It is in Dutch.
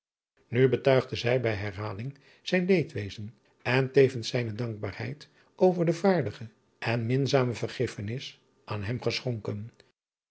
u betuigde hij bij herhaling zijn leedwezen en tevens zijne dankbaarheid over de vaardige en minzame vergiffenis aan hem geschonken